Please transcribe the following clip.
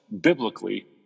biblically